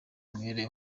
umwere